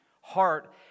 heart